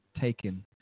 taken